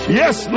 yes